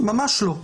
ממש לא.